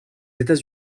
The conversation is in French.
états